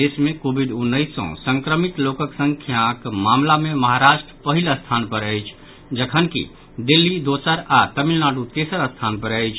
देश मे कोविड उन्नैस सँ संक्रमित लोकक संख्याक मामिला मे महाराष्ट्र पहिल स्थान पर अछि जखन कि दिल्ली दोसर आओर तमिलनाडु तेसर स्थान पर अछि